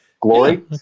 glory